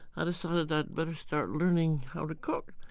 i decided i'd better start learning how to cook.